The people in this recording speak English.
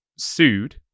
sued